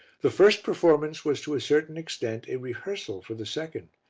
the first performance was to a certain extent a rehearsal for the second,